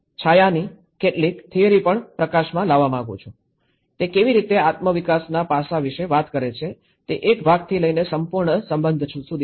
છાયાની કેટલીક થિયરી પણ પ્રકશમા લાવવા માંગુ છું તે કેવી રીતે આત્મ વિકાસના પાસા વિશે વાત કરે છે તે એક ભાગથી લઈને સંપૂર્ણ સંબંધ સુધી છે